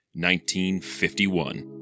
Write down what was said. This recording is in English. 1951